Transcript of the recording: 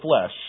flesh